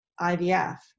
IVF